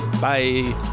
Bye